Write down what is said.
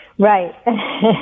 Right